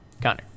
Connor